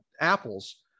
apples